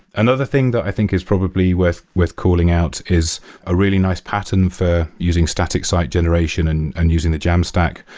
another thing that i think is probably worth worth calling out is a really nice pattern for using static site generation and and using the jamstack,